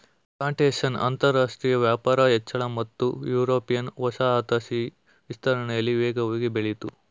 plantation ಅಂತರಾಷ್ಟ್ರ ವ್ಯಾಪಾರ ಹೆಚ್ಚಳ ಮತ್ತು ಯುರೋಪಿಯನ್ ವಸಾಹತುಶಾಹಿ ವಿಸ್ತರಣೆಲಿ ವೇಗವಾಗಿ ಬೆಳಿತು